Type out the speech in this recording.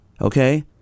okay